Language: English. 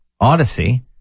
Odyssey